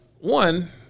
one